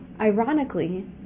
Ironically